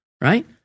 right